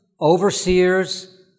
overseers